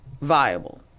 viable